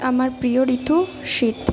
আমার প্রিয় ঋতু শীত